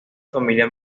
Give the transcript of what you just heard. familia